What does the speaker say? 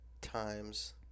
times